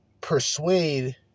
persuade